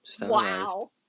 Wow